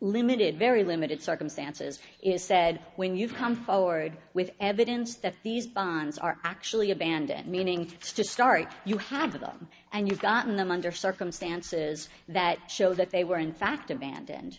limited very limited circumstances is said when you've come forward with evidence that these bonds are actually abandoned meaning to start you have them and you've gotten them under circumstances that show that they were in fact abandoned in